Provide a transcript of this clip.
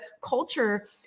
culture